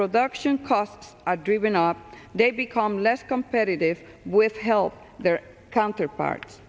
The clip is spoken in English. production costs are driven up they become less competitive with help their counterparts